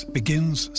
begins